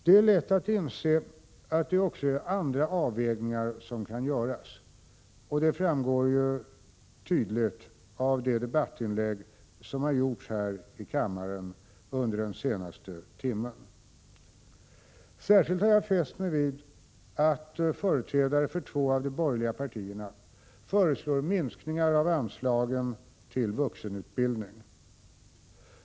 Det är lätt att inse att det också är andra avvägningar som kan göras. Det framgår ju tydligt av de debattinlägg som gjorts här i kväll under den senaste timmen. Särskilt har jag fäst mig vid att företrädare för två av de borgerliga partierna föreslår minskningar av anslagen till vuxenutbildning.